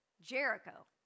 Jericho